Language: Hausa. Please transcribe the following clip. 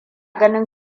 ganin